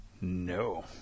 No